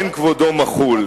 אין כבודו מחול.